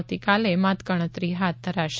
આવતીકાલે મતગણતરી હાથ ધરાશે